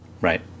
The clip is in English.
Right